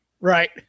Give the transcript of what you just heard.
right